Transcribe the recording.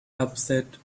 upset